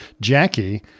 Jackie